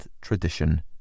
tradition